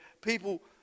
people